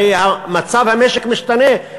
הרי מצב המשק משתנה,